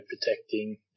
protecting